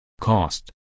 cost